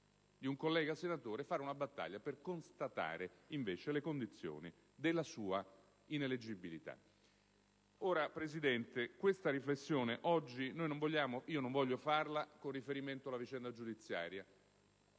di un collega senatore, fare una battaglia per constatare invece le condizioni della sua ineleggibilità. Signor Presidente, questa riflessione oggi non voglio farla con riferimento alla vicenda giudiziaria.